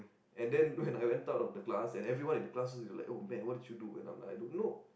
and then when I went out of the class and everyone in class was like oh man what did you do and I'm like I don't know